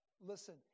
Listen